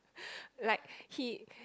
like he